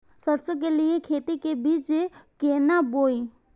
सरसों के लिए खेती के लेल बीज केना बोई?